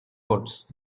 courts